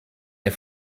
les